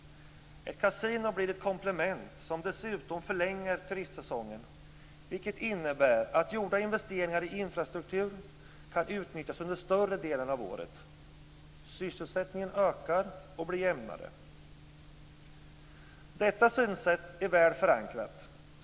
Ett kasino blir ett komplement, som dessutom förlänger turistsäsongen, vilket innebär att gjorda investeringar i infrastruktur kan utnyttjas under större delen av året. Sysselsättningen ökar och blir jämnare. Detta synsätt är väl förankrat.